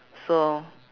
so